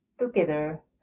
together